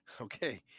Okay